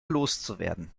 loszuwerden